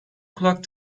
kulak